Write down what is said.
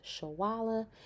Shawala